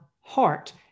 heart